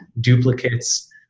duplicates